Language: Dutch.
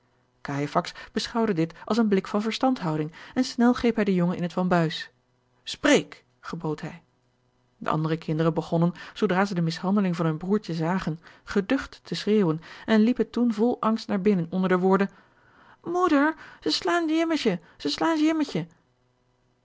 beschouwde dit als een blik van verstandhouding en snel greep hij den jongen in het wambuis spreek gebood hij de andere kinderen begonnen zoodra zij de mishandeling van hun broêrtje zagen geducht te schreeuwen en liepen toen vol angst naar binnen onder de woorden moeder ze slaan jimmetje ze slaan